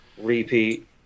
repeat